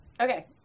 Okay